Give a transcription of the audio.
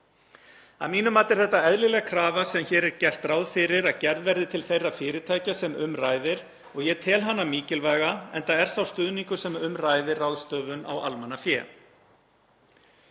Að mínu mati er þetta eðlileg krafa sem hér er gert ráð fyrir að gerð verði til þeirra fyrirtækja sem um ræðir og ég tel hana mikilvæga, enda er sá stuðningur sem um ræðir ráðstöfun á almannafé.